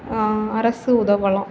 அரசு உதவலாம்